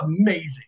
amazing